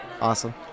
Awesome